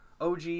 OG